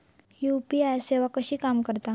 UPI सेवा कशी काम करता?